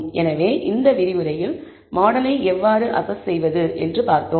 எனவே இந்த விரிவுரையில் மாடலை எவ்வாறு அசஸ் செய்வது என்று பார்த்தோம்